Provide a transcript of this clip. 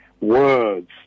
words